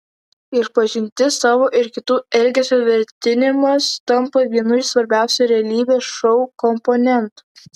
išpažintis savo ir kitų elgesio vertinimas tampa vienu iš svarbiausių realybės šou komponentų